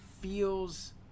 feels